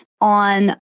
on